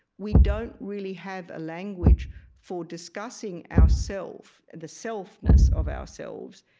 we don't really have a language for discussing our self the selfness of ourselves